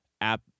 app